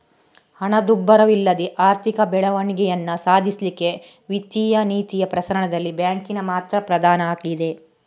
ಹಣದುಬ್ಬರವಿಲ್ಲದೆ ಆರ್ಥಿಕ ಬೆಳವಣಿಗೆಯನ್ನ ಸಾಧಿಸ್ಲಿಕ್ಕೆ ವಿತ್ತೀಯ ನೀತಿಯ ಪ್ರಸರಣದಲ್ಲಿ ಬ್ಯಾಂಕಿನ ಪಾತ್ರ ಪ್ರಧಾನ ಆಗಿದೆ